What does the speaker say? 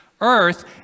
earth